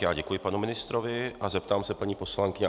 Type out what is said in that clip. Já děkuji panu ministrovi a zeptám se paní poslankyně...